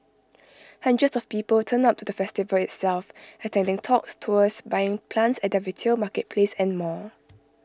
hundreds of people turned up to the festival itself attending talks tours buying plants at their retail marketplace and more